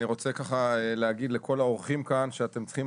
אני רוצה להגיד לכל האורחים כאן שאתם צריכים